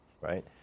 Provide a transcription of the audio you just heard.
right